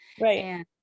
Right